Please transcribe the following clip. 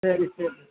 சரி சரி